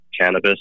cannabis